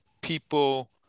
people